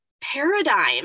paradigm